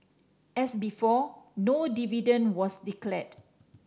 as before no dividend was declared